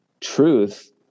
truth